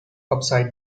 upside